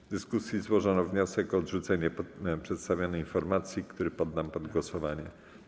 W dyskusji złożono wniosek o odrzucenie przedstawionej informacji, który poddam pod głosowanie.